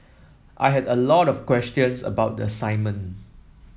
I had a lot of questions about the assignment